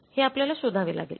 हे आपल्याला शोधावे लागेल